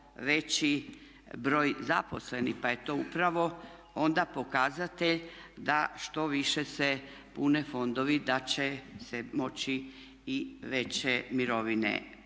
veći broj zaposlenih pa je to upravo onda pokazatelj da što više se pune fondovi da će se moći i veće mirovine